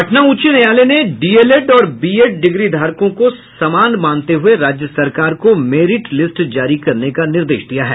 पटना उच्च न्यायालय ने डीएलएड और बीएड डिग्रीधारकों को समान मानते हुए राज्य सरकार को मैरिट लिस्ट जारी करने का निर्देश दिया है